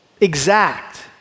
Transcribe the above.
exact